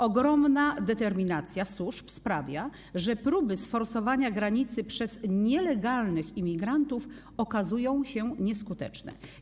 Ogromna determinacja służb sprawia, że próby sforsowania granicy przez nielegalnych imigrantów okazują się nieskuteczne.